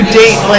date